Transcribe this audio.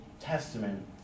Testament